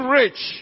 rich